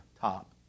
top